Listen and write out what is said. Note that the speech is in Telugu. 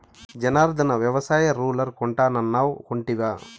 జనార్ధన, వ్యవసాయ రూలర్ కొంటానన్నావ్ కొంటివా